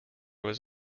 was